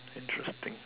interesting